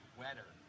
wetter